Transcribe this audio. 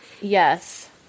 Yes